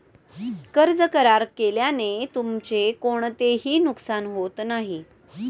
कर्ज करार केल्याने तुमचे कोणतेही नुकसान होत नाही